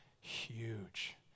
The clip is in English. huge